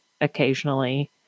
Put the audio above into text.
occasionally